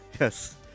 Yes